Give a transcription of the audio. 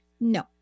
No